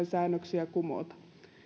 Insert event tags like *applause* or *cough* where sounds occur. *unintelligible* säännöksiä kumota nyt käytävässä